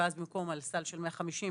ואז במקום על סל של 150,